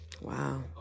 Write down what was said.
Wow